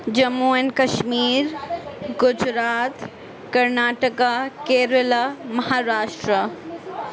Jammu and Kashmir Gujarat Karnataka Kerala Maharashtra